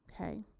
Okay